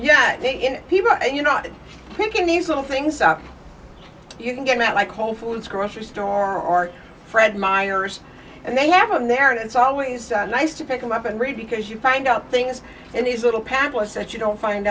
yeah people you know picking these little things you can get mad like whole foods grocery store or fred myers and they have him there and it's always nice to pick them up and read because you find out things in these little paddlers that you don't find